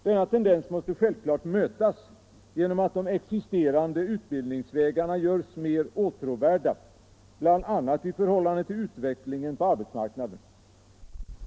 Denna tendens måste självklart mötas genom att de existerande utbildningsvägarna görs mer åtråvärda, bl.a. i förhållande till utvecklingen på arbetsmarknaden.